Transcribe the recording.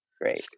Great